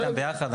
איתם ביחד.